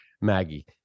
maggie